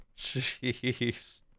Jeez